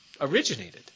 originated